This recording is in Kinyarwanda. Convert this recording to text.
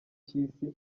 cy’isi